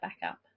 backup